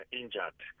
injured